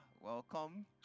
Welcome